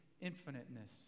infiniteness